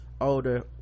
Older